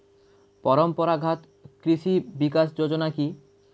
পরম্পরা ঘাত কৃষি বিকাশ যোজনা কি?